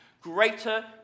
Greater